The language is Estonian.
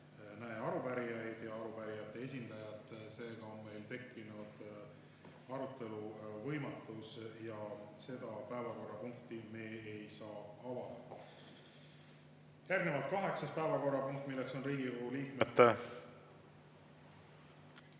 näe arupärijaid ega arupärijate esindajat. Seega on meil tekkinud arutelu võimatus ja seda päevakorrapunkti me ei saa avada. Järgnevalt kaheksas päevakorrapunkt, milleks on Riigikogu liikmete